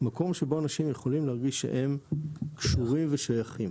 מקום שבו אנשים יכולים להרגיש שהם קשורים ושייכים.